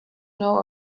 know